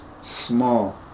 small